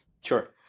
Sure